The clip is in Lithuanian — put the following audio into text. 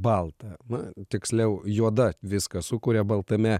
balta na tiksliau juoda viską sukuria baltame